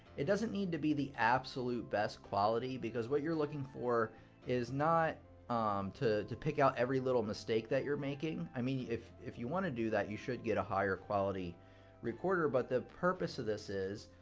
it doesn't need to be the absolute best quality because what you're looking for is not to to pick out every little mistake that you're making. i mean if if you want to do that, you should get a higher quality recorder, but the purpose of this is,